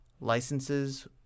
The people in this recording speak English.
licenses